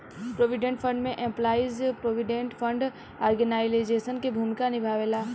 provident fund में employees provident fund organisation के भूमिका निभावेला